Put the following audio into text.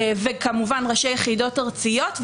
וכמובן ראשי יחידות ארציות.